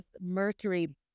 Mercury